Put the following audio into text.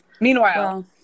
meanwhile